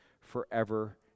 forever